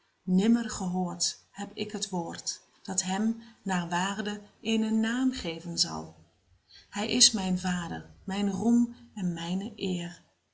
nimmer gehoord heb ik het woord dat hem naar waarde eenen naam geven zal hij is mijn vader mijn roem en mijne eer